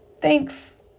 thanks